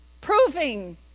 Proving